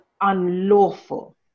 unlawful